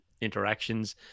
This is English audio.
interactions